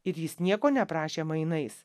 ir jis nieko neprašė mainais